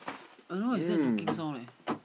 I don't know is there a knocking sound leh